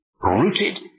rooted